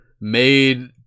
made